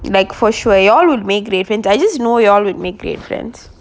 like for sure you all would make great friends and I just you know you all would make great friends